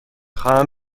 خواهم